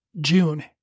June